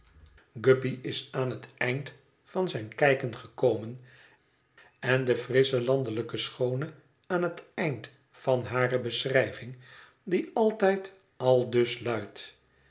guppy is aan het eind van zijn kijken gekomen en de frissche landelijke schoone aan het eind van hare beschrijving die altijd aldus